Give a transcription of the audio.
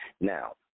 Now